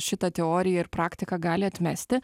šitą teoriją ir praktiką gali atmesti